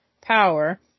power